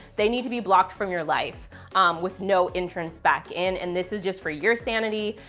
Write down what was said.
they need to be blocked from your life with no entrance back in. and this is just for your sanity,